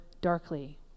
darkly